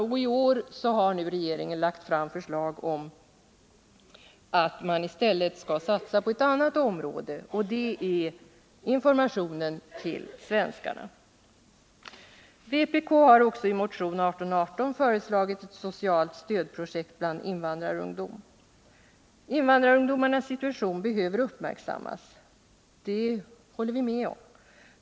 Och i år har regeringen lagt fram förslag om att man i stället skall satsa på ett annat område, nämligen informationen till svenskarna. Vpk har också i motion nr 1818 föreslagit ett socialt stödprojekt bland invandrarungdom. Invandrarungdomarnas situation behöver uppmärksammas, det håller vi med om.